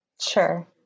Sure